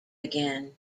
again